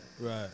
right